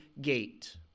gate